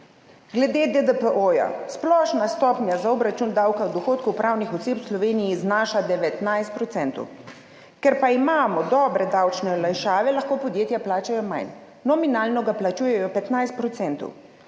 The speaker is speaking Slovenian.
Glede DDPO – splošna stopnja za obračun davka od dohodkov pravnih oseb v Sloveniji znaša 19 %. Ker pa imamo dobre davčne olajšave lahko podjetja plačajo manj, nominalno ga plačujejo 15 %.